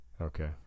Okay